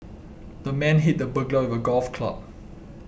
the man hit the burglar with a golf club